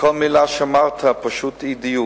כל מלה שאמרת, פשוט אי-דיוק.